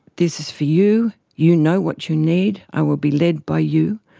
this is for you, you know what you need, i will be led by you,